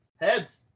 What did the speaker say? heads